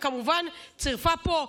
וכמובן צירפה פה תמונות.